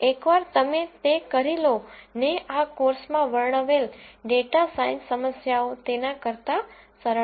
એકવાર તમે તે કરી લો ને આ કોર્સમાં વર્ણવેલ ડેટા સાયન્સ સમસ્યાઓ તેના કરતાં સરળ છે